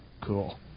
cool